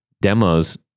demos